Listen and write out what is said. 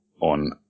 on